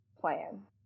plan